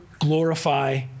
glorify